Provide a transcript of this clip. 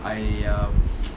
I um